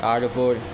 তার ওপর